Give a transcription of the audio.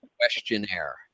questionnaire